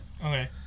Okay